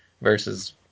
versus